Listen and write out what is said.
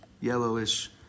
yellowish